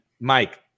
mike